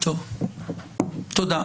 טוב, תודה.